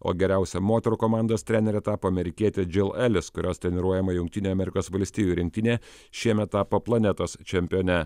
o geriausia moterų komandos trenere tapo amerikietė džil elis kurios treniruojama jungtinių amerikos valstijų rinktinė šiemet tapo planetos čempione